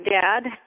dad